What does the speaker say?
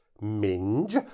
Minge